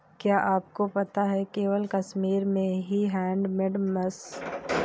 क्या आपको पता है केवल कश्मीर में ही हैंडमेड पश्मीना की मैन्युफैक्चरिंग होती है